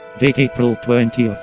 date april twenty,